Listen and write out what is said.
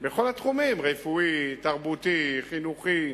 בכל התחומים, רפואי, תרבותי, חינוכי,